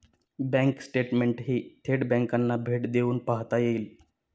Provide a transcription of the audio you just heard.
bank स्टेटमेंटही थेट बँकांना भेट देऊन पाहता येईल